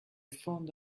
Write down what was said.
found